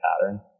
pattern